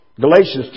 Galatians